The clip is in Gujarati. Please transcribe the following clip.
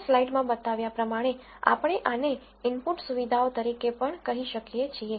આ સ્લાઇડમાં બતાવ્યા પ્રમાણે આપણે આને ઇનપુટ સુવિધાઓ તરીકે પણ કહી શકીએ છીએ